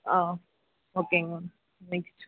ஆ ஓகேங்க ma'am thank you